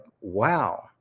wow